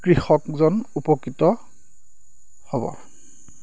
কৃষকজন উপকৃত হ'ব